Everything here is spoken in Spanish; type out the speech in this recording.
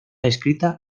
escrita